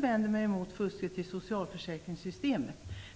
vänder mig också mot fusket i socialförsäkringssystemet.